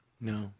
No